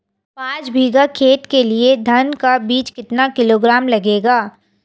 पाँच बीघा खेत के लिये धान का बीज कितना किलोग्राम लगेगा?